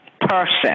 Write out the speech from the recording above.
person